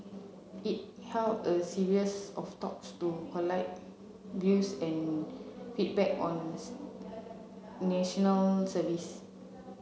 it held a series of talks to collate views and feedback on National Service